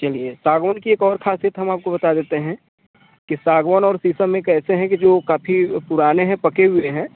चलिए सागौन की एक और खासियत हम आपको बता देते हैं की सागौन और शीशम एक ऐसे हैं कि जो काफी पुराने हैं पके हुए हैं